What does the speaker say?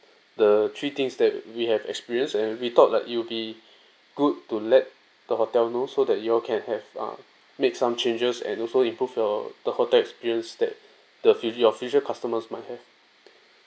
the three things that we have experienced and we thought like it will be good to let the hotel know so that you all can have uh make some changes and also improve your the hotel experience that the your future customers might have